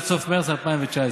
עד סוף מרס 2019,